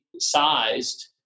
sized